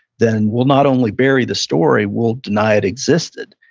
then we'll not only bury the story, we'll deny it existed.